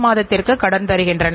என்பதை கண்டறிய உதவுகின்றன